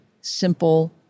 simple